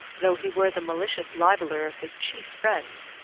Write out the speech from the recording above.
though he were the malicious libeller of his chief friends,